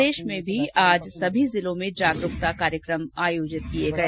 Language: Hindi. प्रदेश में भी आज सभी जिलों में जागरूकता कार्यक्रम आयोजित किए गए